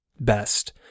best